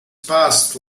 past